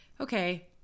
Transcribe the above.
Okay